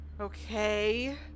Okay